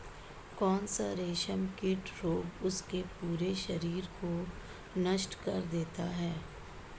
कौन सा रेशमकीट रोग उसके पूरे शरीर को नष्ट कर देता है?